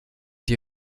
die